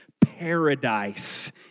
Paradise